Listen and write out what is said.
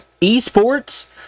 esports